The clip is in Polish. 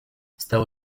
stało